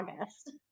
august